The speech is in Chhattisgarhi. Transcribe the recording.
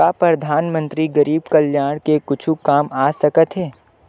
का परधानमंतरी गरीब कल्याण के कुछु काम आ सकत हे